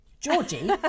Georgie